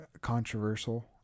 Controversial